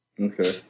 Okay